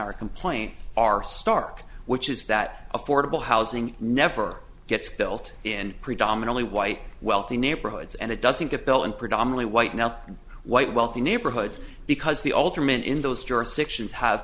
genera complaint are stark which is that affordable housing never gets built in predominantly white wealthy neighborhoods and it doesn't get built and predominately white now white wealthy neighborhoods because the ultimate in those jurisdictions have